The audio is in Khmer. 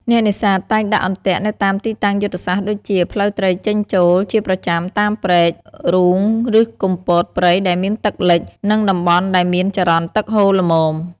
អ្នកនេសាទតែងដាក់អន្ទាក់នៅតាមទីតាំងយុទ្ធសាស្ត្រដូចជា ផ្លូវត្រីចេញចូលជាប្រចាំ តាមព្រែក រូងឬគុម្ពោតព្រៃដែលមានទឹកលិច និងតំបន់ដែលមានចរន្តទឹកហូរល្មម។